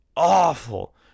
awful